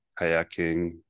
kayaking